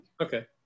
Okay